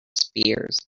spears